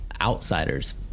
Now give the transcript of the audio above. outsiders